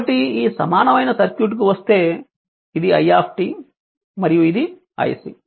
కాబట్టి ఈ సమానమైన సర్క్యూట్ కు వస్తే ఇది i మరియు ఇది iC